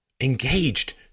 engaged